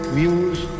muse